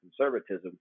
conservatism